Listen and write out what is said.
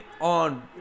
on